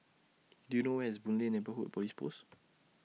Do YOU know Where IS Boon Lay Neighbourhood Police Post